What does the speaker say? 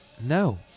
No